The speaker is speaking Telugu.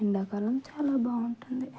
ఎండాకాలం చాలా బాగుంటుంది